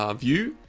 um view.